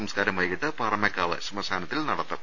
സംസ്കാരം വൈകീട്ട് പാറമേക്കാവ് ശ്മശാനത്തിൽ നടത്തും